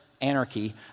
anarchy